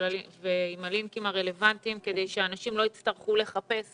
עם הלינקים הרלוונטיים כדי שאנשים לא יצטרכו לחפש